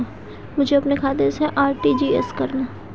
मुझे अपने खाते से आर.टी.जी.एस करना?